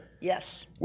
Yes